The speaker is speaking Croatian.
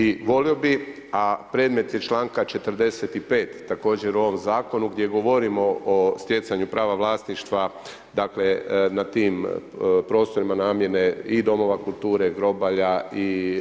I volio bi a predmet je članka 45. također u ovom zakonu gdje govorimo stjecanju prava vlasništva nad tim prostorima namjene i domova kulture, grobalja i